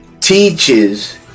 teaches